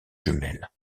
jumelles